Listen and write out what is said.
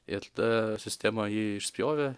ir ta sistema jį išspjovė